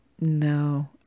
No